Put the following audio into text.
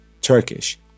Turkish